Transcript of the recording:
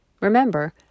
Remember